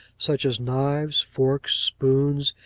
such as knives, forks, spoons,